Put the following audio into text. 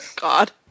God